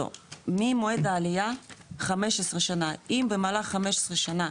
לא, ממועד העלייה, 15 שנה, אם במהלך 15 שנה,